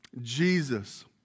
Jesus